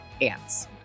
ants